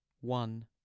One